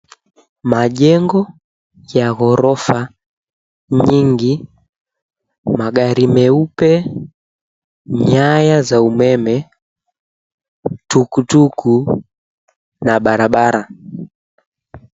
Majengo ya ghorofa nyingi, magari meupe, nyaya za umeme, tukutuku, na barabara.